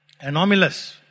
anomalous